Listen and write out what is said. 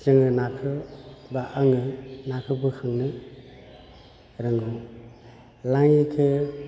जोङो नाखौ बा आङो नाखौ बोखांनो रोंगौ लाङिखौ